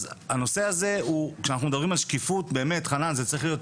אז נושא השקיפות, חנן, צריך להיות